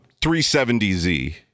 370Z